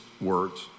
words